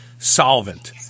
solvent